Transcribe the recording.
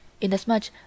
inasmuch